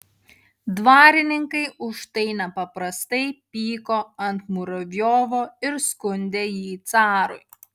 dvarininkai už tai nepaprastai pyko ant muravjovo ir skundė jį carui